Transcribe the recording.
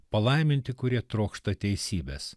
palaiminti kurie trokšta teisybės